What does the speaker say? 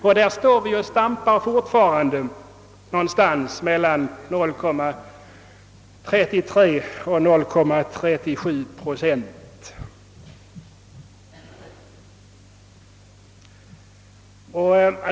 Vi står fortfarande och stampar någonstans mellan 09,33 och 0,37 procent.